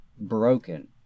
broken